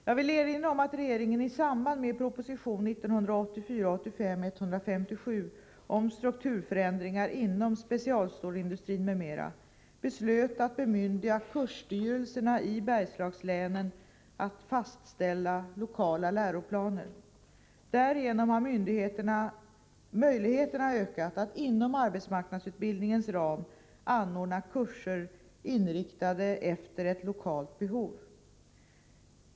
Jag vill erinra om att regeringen i samband med proposition 1984/85:157 om strukturförändringar inom specialstålsindustrin m.m. beslöt att bemyndiga kursstyrelserna i Bergslagslänen att fastställa lokala läroplaner. Därigenom har möjligheterna ökat att inom arbetsmarknadsutbildningens ram anordna kurser inriktade efter ett lokalt behov.